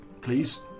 Please